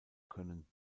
können